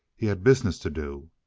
he had business to do.